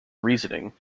reasoning